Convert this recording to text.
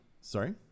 sorry